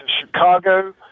Chicago